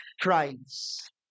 Christ